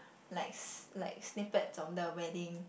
like s~ like snippets of the wedding